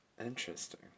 Interesting